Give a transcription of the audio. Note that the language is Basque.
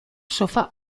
sofa